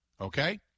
okay